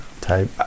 type